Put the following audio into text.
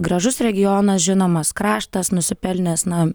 gražus regionas žinomas kraštas nusipelnęs na